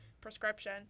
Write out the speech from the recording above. prescription